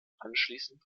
anschließend